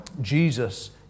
Jesus